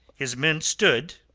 his men stood,